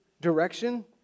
direction